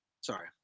sorry